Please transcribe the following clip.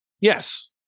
yes